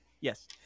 Yes